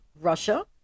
Russia